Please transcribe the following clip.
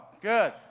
Good